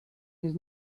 his